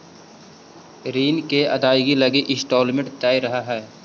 ऋण के अदायगी लगी इंस्टॉलमेंट तय रहऽ हई